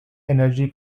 energy